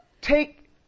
Take